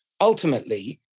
ultimately